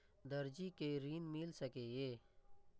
दर्जी कै ऋण मिल सके ये?